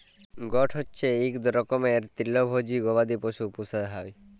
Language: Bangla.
গট হচ্যে ইক রকমের তৃলভজী গবাদি পশু পূষা হ্যয়